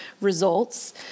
results